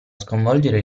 sconvolgere